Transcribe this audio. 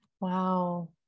Wow